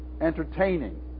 entertaining